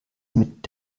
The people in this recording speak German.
mit